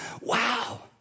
Wow